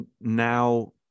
now